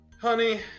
honey